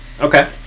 Okay